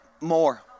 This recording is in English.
more